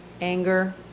anger